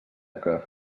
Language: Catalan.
què